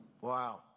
Wow